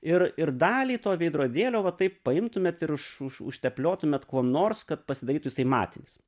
ir ir dalį to veidrodėlio va taip paimtumėt ir už užtepliotumėt kuom nors kad pasidarytų jisai matinis